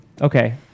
Okay